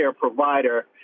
provider